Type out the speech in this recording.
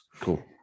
Cool